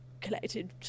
collected